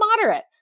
moderate